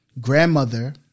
grandmother